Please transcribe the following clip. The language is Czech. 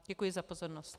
Děkuji za pozornost.